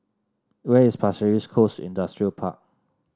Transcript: where is Pasir Ris Coast Industrial Park